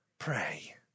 Pray